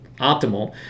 optimal